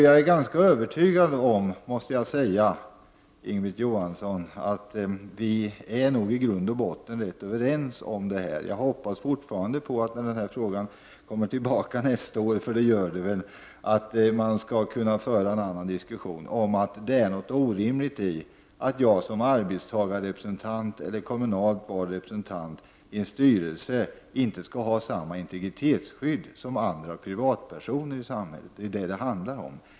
Jag är ganska övertygad om, Inga-Britt Johansson, att vi nog i grund och botten är rätt överens om detta. Jag hoppas fortfarande att vi när den här frågan kommer tillbaka nästa år — för det gör den väl — skall kunna föra en annan diskussion om det faktum att det ligger något orimligt i att jag som arbetstagarrepresentant eller kommunalt vald representant i en styrelse inte skall ha samma integritetsskydd som andra privatpersoner i samhället. Det är ju det det handlar om.